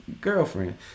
Girlfriend